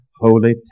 holy